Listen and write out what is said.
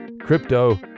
Crypto